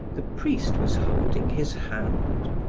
the priest was holding his hand.